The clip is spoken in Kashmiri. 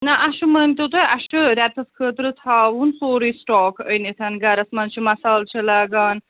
نہَ اَسہِ چھُ مٲنۍتَو تُہۍ اَسہِ چھُ رٮ۪تَس خٲطرٕ تھاوُن سورُے سِٹاک أنِتھ گَرَس منٛز چھِ مصالہٕ چھِ لاگان